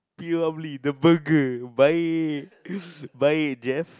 P-Ramlee the burger baik baik Jeff